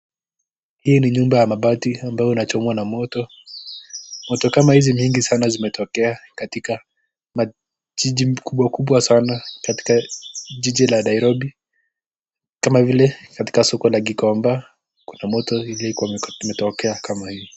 Hii ni nyumba ya mabati ambayo inachomwa na moto, moto kama hizi nyingi sana zimetokea katika jiji kubwa kubwa sana, katika jiji la Nairobi kama vile katika soko la gikomba kuna moto iliyokuwa imetokea kama hii.